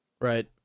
right